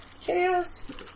Cheers